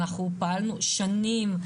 אנחנו פעלנו שנים,